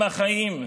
עם החיים.